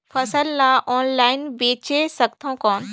फसल ला ऑनलाइन बेचे सकथव कौन?